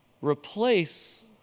replace